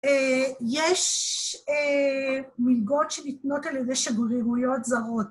יש מלגות שניתנות על ידי שגרירויות זרות